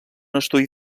estudi